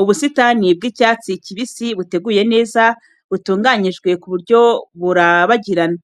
Ubusitani bw'icyatsi kibisi buteguye neza, butunganyijwe ku buryo burabagirana.